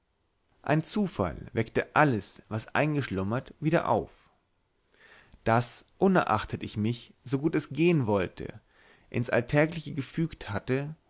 ein zufall weckte alles was eingeschlummert wieder auf daß unerachtet ich mich so gut es gehen wollte ins alltägliche gefügt hatte